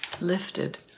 lifted